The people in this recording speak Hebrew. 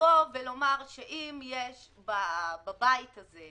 שאם יש בבית הזה,